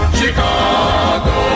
chicago